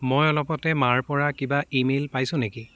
মই অলপতে মাৰপৰা কিবা ই মেইল পাইছোঁ নেকি